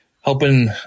helping